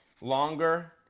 longer